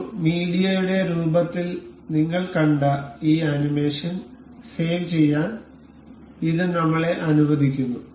ഒരു മീഡിയയുടെ രൂപത്തിൽ നിങ്ങൾ കണ്ട ഈ ആനിമേഷൻ സേവ് ചെയ്യാൻ ഇത് നമ്മളെ അനുവദിക്കുന്നു